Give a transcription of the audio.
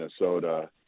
Minnesota